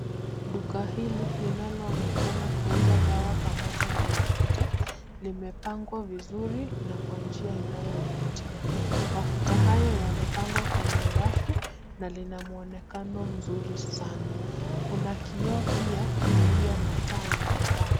Duka hili linaloonekana kuuza dawa pamoja na mafuta limepangwa vizuri na kwa njia inayovutia. Mafuta hayo yamepangwa kwenye rafu na linamuonekano nzuri sana. Kuna kioo pia iliyo na taa inayowaka.